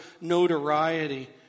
notoriety